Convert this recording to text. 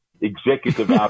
Executive